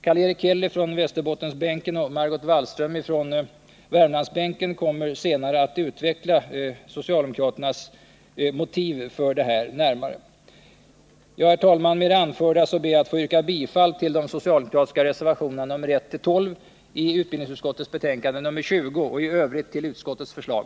Karl-Erik Häll från Västerbottensbänken och Margot Wallström från Värmlandsbänken kommer senare att närmare utveckla socialdemokraternas motiv för detta förslag. Herr talman! Med det anförda ber jag att få yrka bifall till de socialdemokratiska reservationerna nr 1—12 i utbildningsutskottets betänkande nr 20 och i övrigt till utskottets förslag.